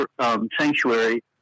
sanctuary